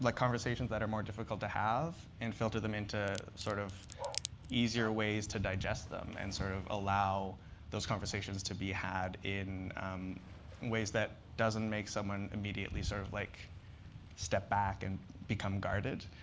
like conversations that are more difficult to have and filter them into sort of easier ways to digest them and sort of allow those conversations to be had in ways that doesn't make someone immediately sort of like step back and become guarded.